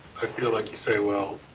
like you say, well,